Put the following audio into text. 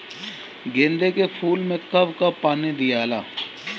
गेंदे के फूल मे कब कब पानी दियाला?